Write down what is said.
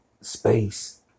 space